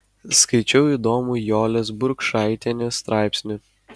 skaičiau įdomų jolės burkšaitienės straipsnį